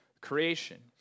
creation